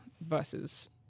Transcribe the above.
versus